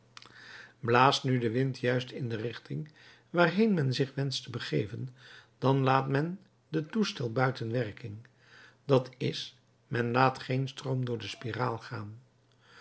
blaast nu de wind juist in de richting waarheen men zich wenscht te begeven dan laat men den toestel buiten werking dat is men laat geen stroom door de spiraal gaan